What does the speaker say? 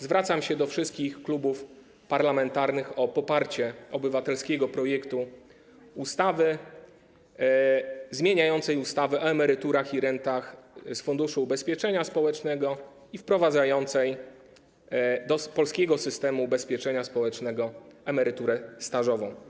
Zwracam się do wszystkich klubów parlamentarnych o poparcie obywatelskiego projektu ustawy zmieniającej ustawę o emeryturach i rentach z Funduszu Ubezpieczeń Społecznych i wprowadzającej do polskiego systemu ubezpieczenia społecznego emeryturę stażową.